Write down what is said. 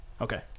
Okay